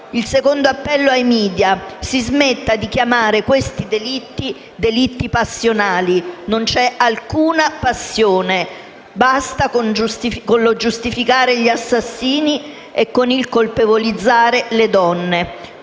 Il secondo appello è rivolto ai *media*: si smetta di chiamare questi delitti «passionali». Non c'è alcuna passione; basta con il giustificare gli assassini e con il colpevolizzare le donne.